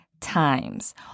times